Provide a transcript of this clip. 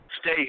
stay